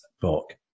book